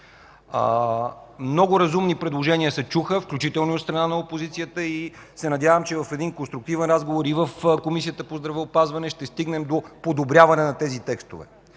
Много разумни предложения се чуха, включително от страна на опозицията. Надявам се, че в конструктивен разговор и в Комисията по здравеопазване ще стигнем до подобряване на текстовете.